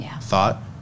thought